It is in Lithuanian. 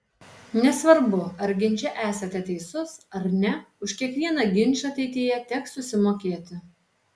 nesvarbu ar ginče esate teisus ar ne už kiekvieną ginčą ateityje teks susimokėti